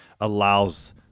allows